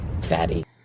fatty